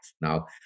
Now